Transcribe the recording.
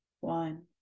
one